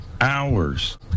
Hours